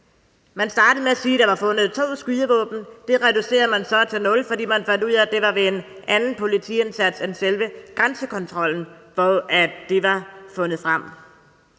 Man startede med at sige, at der var fundet to skydevåben. Det reducerer man så til nul, fordi man fandt ud af, at det var ved en anden politiindsats end selve grænsekontrollen, de skydevåben var fundet.